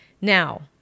Now